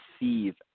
receive